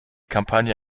kampagne